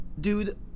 Dude